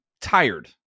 tired